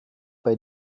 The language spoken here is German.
bei